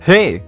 Hey